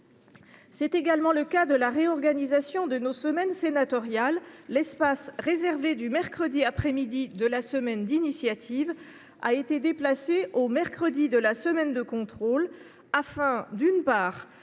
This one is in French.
C’est également le cas de la réorganisation de nos semaines sénatoriales : l’espace réservé du mercredi après midi de la semaine d’initiative a été déplacé au mercredi de la semaine de contrôle, afin, d’une part,